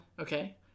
Okay